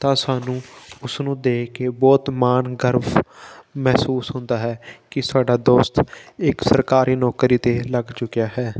ਤਾਂ ਸਾਨੂੰ ਉਸ ਨੂੰ ਦੇਖ ਕੇ ਬਹੁਤ ਮਾਣ ਗਰਵ ਮਹਿਸੂਸ ਹੁੰਦਾ ਹੈ ਕਿ ਸਾਡਾ ਦੋਸਤ ਇੱਕ ਸਰਕਾਰੀ ਨੌਕਰੀ 'ਤੇ ਲੱਗ ਚੁੱਕਿਆ ਹੈ